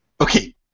Okay